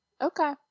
Okay